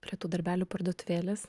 prie tų darbelių parduotuvėlės